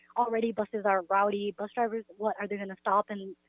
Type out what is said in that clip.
already buses are rowdy, bus drivers, what, are they gonna stop and?